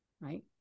right